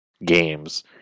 games